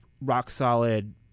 rock-solid